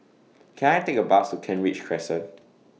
Can I Take A Bus to Kent Ridge Crescent